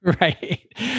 Right